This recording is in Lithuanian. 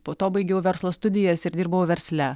po to baigiau verslo studijas ir dirbau versle